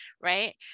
right